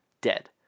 dead